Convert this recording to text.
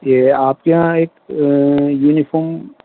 یہ آپ کے یہاں ایک یونیفام